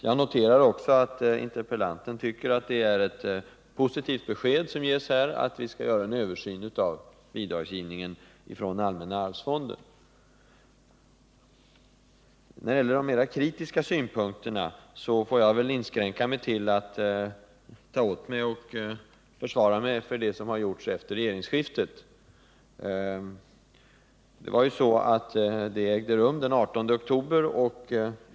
Jag noterar också att interpellanten tycker att det är ett positivt besked som ges här, att vi skall göra en översyn av bidragsgivningen från den allmänna arvsfonden. När det gäller de mera kritiska synpunkterna inskränker jag mig till att ta åt mig och försvara mig för det som har gjorts efter regeringsskiftet. Regeringsskiftet ägde rum den 18 oktober.